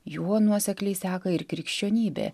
juo nuosekliai seka ir krikščionybė